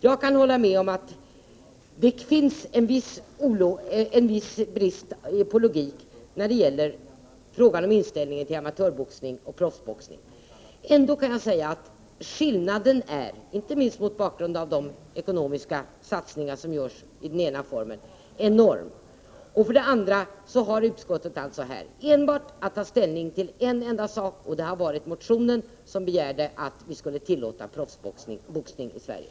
Jag kan hålla med om att det finns en brist på logik i vad gäller inställningen till amatörboxning kontra proffsboxning. Ändå påstår jag att skillnaden, inte minst mot bakgrund av de ekonomiska satsningar som görs inom proffsboxningen, är enorm. Vidare har utskottet haft att ta ställning till en enda sak, nämligen till motionen i vilken begärs att vi skall tillåta proffsboxning i Sverige.